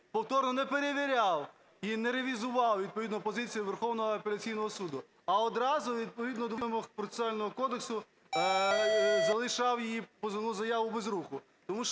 повторно не перевіряв і не ревізував відповідно позицію Верховного і апеляційного суду, а одразу відповідно до вимог Процесуального кодексу залишав її, позовну заяву, без руху,